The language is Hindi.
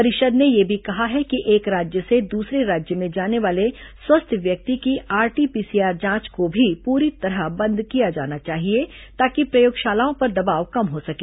परिषद ने यह भी कहा है कि एक राज्य से दूसरे राज्य में जाने वाले स्वस्थ व्यक्ति की आरटी पीसीआर जांच को भी पूरी तरह बंद किया जाना चाहिए ताकि प्रयोगशालाओं पर दबाव कम हो सके